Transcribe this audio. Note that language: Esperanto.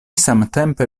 samtempe